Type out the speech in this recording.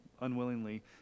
unwillingly